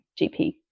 GP